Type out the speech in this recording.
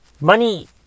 money